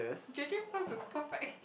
J_J first was perfect